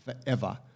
forever